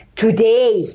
today